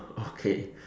okay